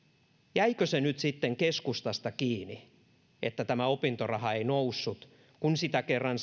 jäikö se nyt sitten keskustasta kiinni että tämä opintoraha ei noussut kun kerran